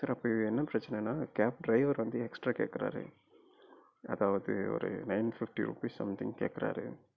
sir இப்போ இங்கே என்ன பிரச்சனைனா கேப் ட்ரைவர் வந்து எக்ஸ்ட்ரா கேட்குறாரு அதாவது ஒரு நயன் ஃபிஃப்டி ருபீஸ் சம்திங் கேட்குறாரு